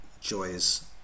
joys